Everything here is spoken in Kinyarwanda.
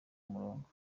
umurongo